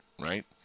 right